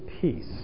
peace